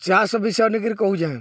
ଚାଷ ବିଷୟ ନେଇକିରି କହୁଛେଁ